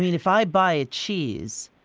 if i buy a cheese,